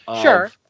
Sure